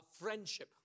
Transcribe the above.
friendship